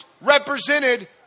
represented